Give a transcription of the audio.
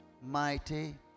mighty